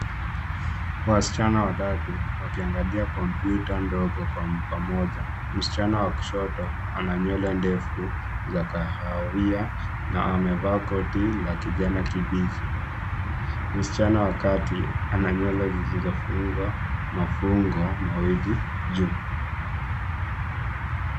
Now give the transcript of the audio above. Wasichana watatu wakiangalia kompyuta ndogo kwa pamoja. Msichana wa kushoto ana nywele ndefu za kahawia na amevaa koti la kijani kibichi. Msichana wa kati ana nywele zilizofungwa mafungo mawili juu.